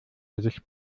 gesicht